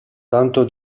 tanto